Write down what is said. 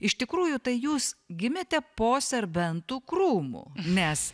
iš tikrųjų tai jūs gimėte po serbentų krūmu nes